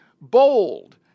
Bold